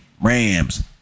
Rams